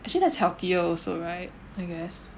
actually that's healthier also right I guess